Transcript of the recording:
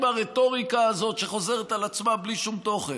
הרטוריקה הזאת שחוזרת על עצמה בלי שום תוכן.